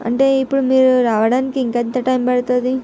అంటే ఇప్పుడు మీరు రావడానికి ఇంకా ఎంత టైమ్ పడుతుంది